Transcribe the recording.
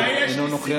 אבל אין לי זמן.